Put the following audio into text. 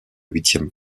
huitième